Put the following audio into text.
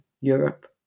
europe